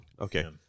Okay